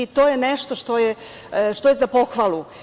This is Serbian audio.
To je nešto što je za pohvalu.